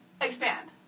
Expand